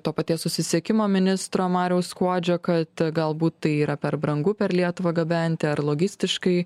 to paties susisiekimo ministro mariaus skuodžio kad galbūt tai yra per brangu per lietuvą gabenti ar logistiškai